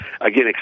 again